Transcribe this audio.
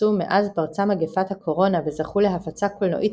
שהופצו מאז פרצה מגפת הקורונה וזכו להפצה קולנועית